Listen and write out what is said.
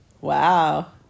Wow